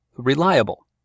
reliable